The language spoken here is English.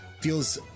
feels